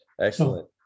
Excellent